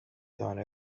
gone